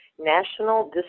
National